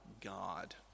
God